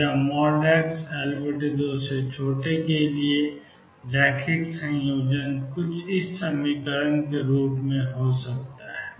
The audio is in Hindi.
और xL2 के लिए रैखिक संयोजन Ccos 2mE2x Dsin 2mE2x हो सकता है